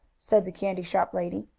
said the candy-shop lady.